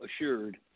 assured